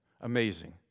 Amazing